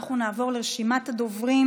ואנחנו נעבור לרשימת הדוברים